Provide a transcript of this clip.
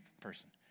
person